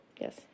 Yes